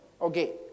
Okay